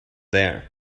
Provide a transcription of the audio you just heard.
there